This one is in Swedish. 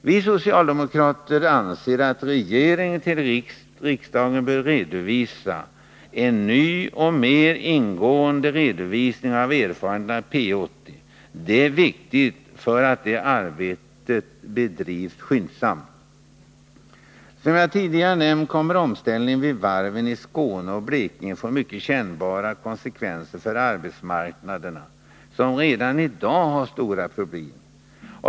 Vi socialdemokrater anser att regeringen för riksdagen bör göra en ny och mer ingående redovisning av erfarenheterna av P 80. Det är viktigt att arbetet med att ta fram en sådan redovisning bedrivs skyndsamt. Som jag tidigare nämnt kommer omställningen vid varven i Skåne och Blekinge att få mycket kännbara konsekvenser för arbetsmarknader som redan i dag har stora problem.